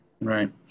Right